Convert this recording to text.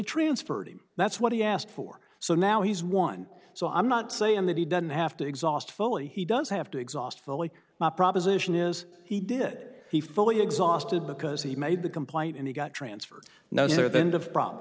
transferred him that's what he asked for so now he's won so i'm not saying that he doesn't have to exhaust fully he does have to exhaust fully my proposition is he did he fully exhausted because he made the complaint and he got transferred no